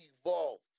evolved